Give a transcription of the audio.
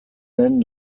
den